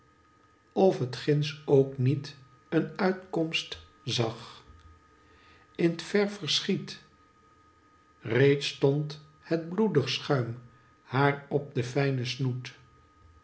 staarde oft ginds k niet een uitkomst zag in t ver verschiet reeds stond het bloedig schuim haar op den tljnen snoet